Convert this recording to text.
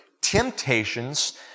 temptations